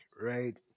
right